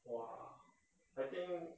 !wah! I think